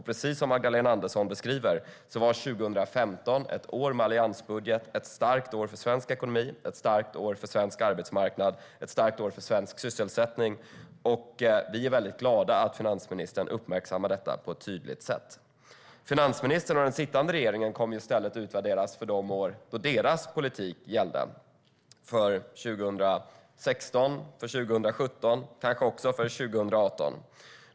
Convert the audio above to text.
Precis som Magdalena Andersson beskriver det var 2015 - ett år med alliansbudget - ett starkt år för svensk ekonomi, ett starkt år för svensk arbetsmarknad, ett starkt år för svensk sysselsättning. Vi är väldigt glada att finansministern uppmärksammar detta på ett tydligt sätt. Finansministern och den sittande regeringen kommer i stället att utvärderas för de år då deras politik gällde - 2016, 2017 och kanske även 2018.